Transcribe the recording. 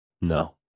no